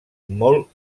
molt